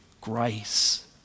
grace